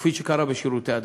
כפי שקרה בשירותי הדת.